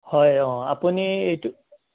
হয় অঁ আপুনি এইটো